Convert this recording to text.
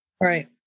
Right